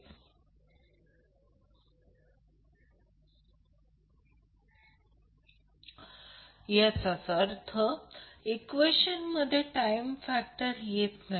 तर ते Vab Vp म्हणजे मग्निट्यूड आहे